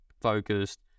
focused